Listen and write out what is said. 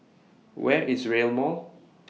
Where IS Rail Mall